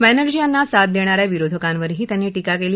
बॅनर्जी यांना साथ देणा या विरोधकांवरही त्यांनी टीका केली